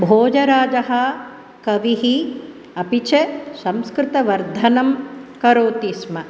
भोजराजः कविः अपि च संस्कृतवर्धनं करोति स्म